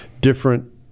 different